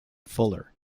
fuller